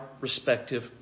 respective